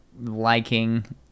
liking